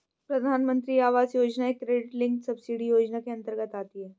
प्रधानमंत्री आवास योजना एक क्रेडिट लिंक्ड सब्सिडी योजना के अंतर्गत आती है